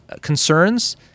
concerns